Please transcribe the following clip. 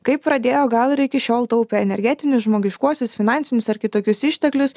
kaip pradėjo o gal ir iki šiol taupė energetinius žmogiškuosius finansinius ar kitokius išteklius